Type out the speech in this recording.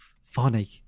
funny